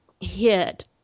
hit